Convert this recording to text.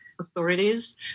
authorities